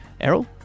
Errol